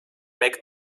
make